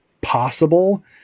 possible